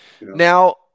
Now